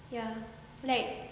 ya like